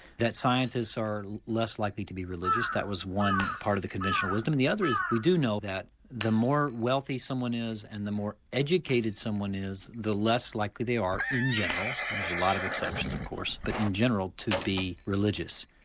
that scientists are less likely to be religious that was one part of the conventional wisdom. and the other is we do know that the more wealthy someone is and the more educated someone is the less likely they are in general and there are a lot of exceptions of course, but in general to be religious.